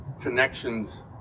connections